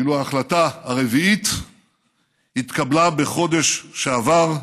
ואילו ההחלטה הרביעית התקבלה בחודש שעבר,